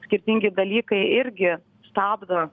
skirtingi dalykai irgi stabdo